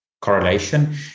Correlation